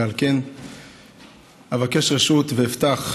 ועל כן אבקש רשות ואפתח,